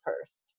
first